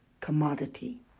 commodity